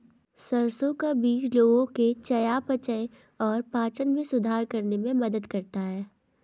सरसों का बीज लोगों के चयापचय और पाचन में सुधार करने में मदद करता है